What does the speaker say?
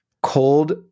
cold